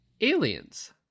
Aliens